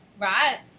right